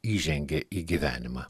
įžengė į gyvenimą